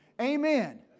Amen